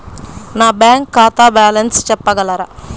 నా బ్యాంక్ ఖాతా బ్యాలెన్స్ చెప్పగలరా?